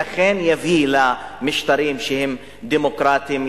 ואכן יביא למשטרים שהם דמוקרטיים,